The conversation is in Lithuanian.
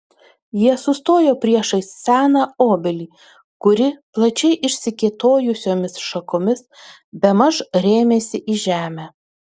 jie sustojo priešais seną obelį kuri plačiai išsikėtojusiomis šakomis bemaž rėmėsi į žemę